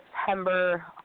September